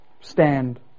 stand